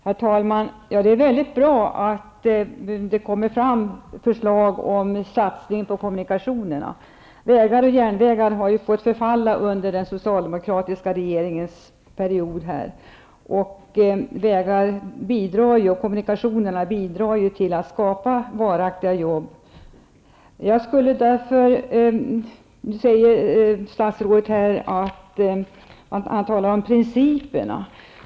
Herr talman! Det är mycket bra att det kommer fram förslag om satsningar på kommunikationer. Vägar och järnvägar har ju fått förfalla här under den socialdemokratiska perioden. Vägar och kommunikationer bidrar ju till att skapa varaktiga jobb. Nu talar statsrådet om principerna.